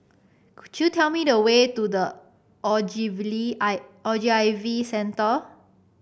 could you tell me the way to The Ogilvy Centre